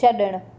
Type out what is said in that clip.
छड॒णु